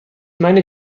meine